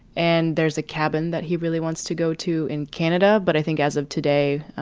and there's a cabin that he really wants to go to in canada. but i think as of today,